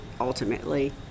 ultimately